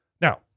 Now